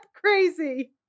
crazy